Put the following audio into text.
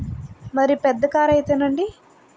మరి పెద్ద కార్ అయితే అండి